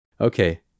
Okay